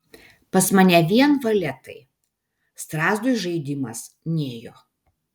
pas mane vien valetai strazdui žaidimas nėjo